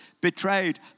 betrayed